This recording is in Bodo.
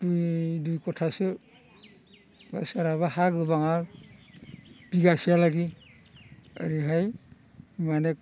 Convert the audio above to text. दुइ दुइ खथासो बा सोरहाबा हा गोबांआ बिगासेयालागि ओरैहाय माने